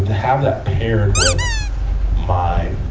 have that paired with my,